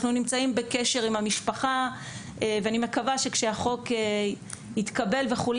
אנחנו נמצאים בקשר עם המשפחה ואני מקווה שכשהחוק יתקבל וכו',